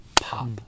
pop